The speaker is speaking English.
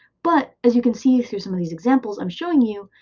but, as you can see through some of these examples i'm showing you,